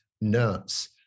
nuts